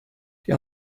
die